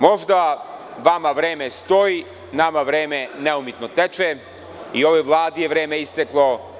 Možda vama vreme stoji, nama vreme neumitno teče i ovoj vladi je vreme isteklo.